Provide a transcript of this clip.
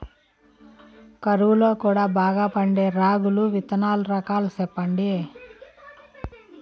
కరువు లో కూడా బాగా పండే రాగులు విత్తనాలు రకాలు చెప్పండి?